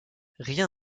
rien